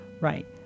right